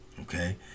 Okay